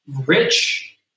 rich